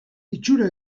itxura